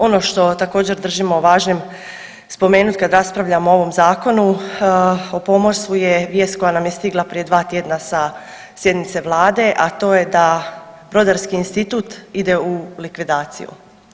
Ono što također držimo važnim spomenut kad raspravljamo o ovom zakonu o pomorstvu je vijest koja nam je stigla prije dva tjedna sa sjednice Vlade, a to je da Brodarski institut ide u likvidaciju.